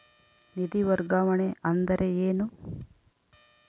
ನಿಧಿ ವರ್ಗಾವಣೆ ಅಂದರೆ ಏನು?